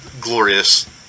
Glorious